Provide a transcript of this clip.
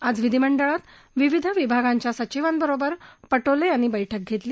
आज विधीमंडळात विविध विभागांच्या सचिवांबरोबर पटोले यांनी बैठक घेतली